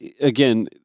again